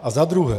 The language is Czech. A za druhé.